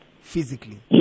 Physically